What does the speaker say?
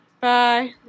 Bye